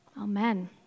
Amen